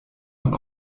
man